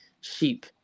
sheep